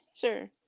sure